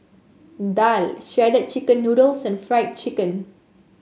daal Shredded Chicken Noodles and Fried Chicken